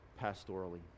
pastorally